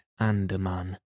Andaman